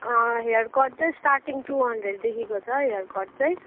hair cut चाहिँ starting two हन्ड्रेडदेखिको छ हेयर कट चाहिँ